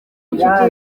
inshuti